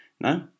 no